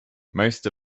most